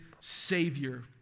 Savior